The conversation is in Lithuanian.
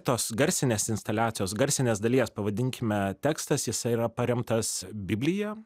tos garsinės instaliacijos garsinės dalies pavadinkime tekstas jisai yra paremtas biblija